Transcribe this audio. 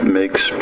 makes